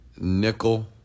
Nickel